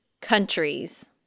countries